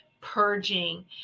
purging